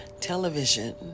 television